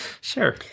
Sure